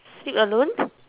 sleep alone